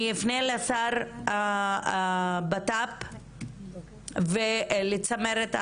אני אפנה לשר לביטחון פנים ולצמרת,